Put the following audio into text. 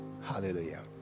Hallelujah